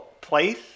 place